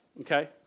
Okay